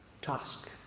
task